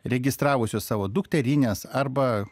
registravusios savo dukterines arba